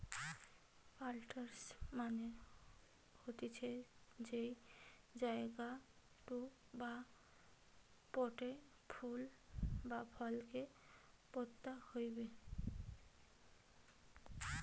planters মানে হতিছে যেই জায়গাতু বা পোটে ফুল বা ফল কে পোতা হইবে